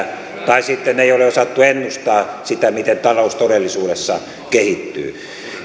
tai sitten ei ole osattu ennustaa sitä miten talous todellisuudessa kehittyy